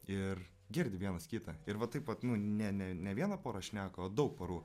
ir girdi vienas kitą ir va taip vat nu ne ne ne viena pora šneka o daug porų